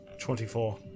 Twenty-four